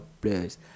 players